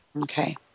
okay